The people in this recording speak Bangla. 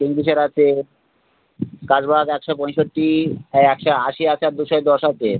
কিংফিশার আছে কার্লসবার্গ একশো পঁইষট্টি একশো আশি আছে আর দুশো দশ আছে